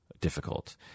difficult